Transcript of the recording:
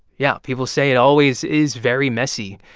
yeah, people say it always is very messy.